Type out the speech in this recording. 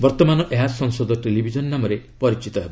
ବର୍ତ୍ତମାନ ଏହା ସଂସଦ ଟେଲିଭିଜନ ନାମରେ ପରିଚିତ ହେବ